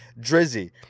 Drizzy